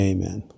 Amen